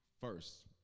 First